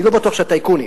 אני לא בטוח שהטייקונים,